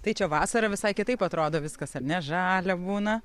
tai čia vasarą visai kitaip atrodo viskas ar ne žalia būna